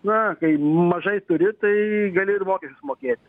na kai mažai turi tai gali ir mokesčius mokėti